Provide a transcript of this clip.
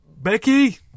Becky